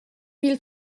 mille